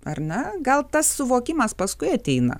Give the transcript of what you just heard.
ar ne gal tas suvokimas paskui ateina